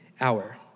hour